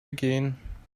ergehen